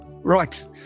Right